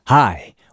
Hi